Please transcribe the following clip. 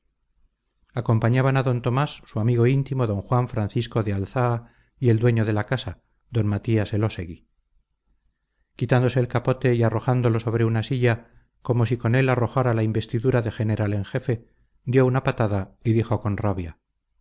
acompañaban a d tomás su amigo íntimo d juan francisco de alzaa y el dueño de la casa d matías elosegui quitándose el capote y arrojándolo sobre una silla como si con él arrojara la investidura de general en jefe dio una patada y dijo con rabia